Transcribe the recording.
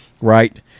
right